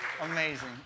amazing